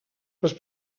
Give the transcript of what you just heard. les